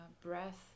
breath